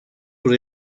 por